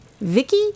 Vicky